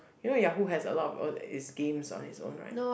you know Yahoo has a lot of uh it's games on it's own right